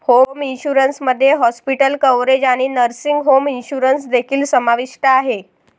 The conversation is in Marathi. होम इन्शुरन्स मध्ये हॉस्पिटल कव्हरेज आणि नर्सिंग होम इन्शुरन्स देखील समाविष्ट आहे